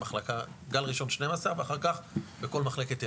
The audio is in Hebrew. גל ראשון 12, ואחר כך בכל מחלקת ילדים.